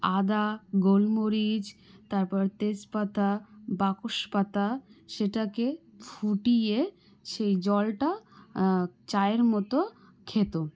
আদা গোলমরিচ তারপর তেজপাতা বাসক পাতা সেটাকে ফুটিয়ে সেই জলটা চায়ের মতো খেত